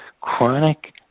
chronic